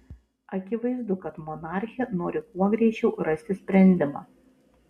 akivaizdu kad monarchė nori kuo greičiau rasti sprendimą